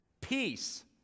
peace